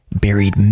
buried